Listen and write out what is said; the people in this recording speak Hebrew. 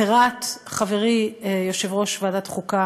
פירט חברי יושב-ראש ועדת החוקה